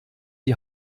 die